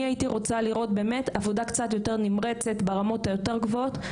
אני הייתי רוצה לראות באמת עבודה קצת יותר נמרצת ברמות היותר גבוהות,